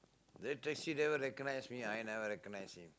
the taxi driver recognised me I never recognised him